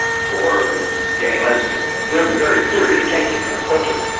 for gay and lesbian. there have been very serious changes in our culture.